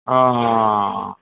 ਹਾਂ